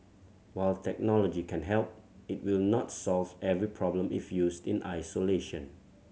while technology can help it will not solves every problem if used in isolation